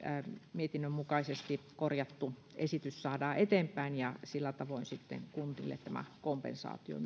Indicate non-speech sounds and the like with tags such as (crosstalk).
mietinnön mukaisesti korjattu esitys saadaan eteenpäin ja sillä tavoin myöskin kunnille tämä kompensaatio (unintelligible)